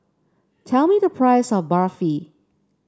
tell me the price of Barfi